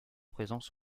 présence